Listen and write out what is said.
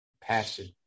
passion